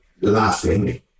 laughing